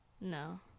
No